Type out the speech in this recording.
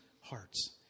hearts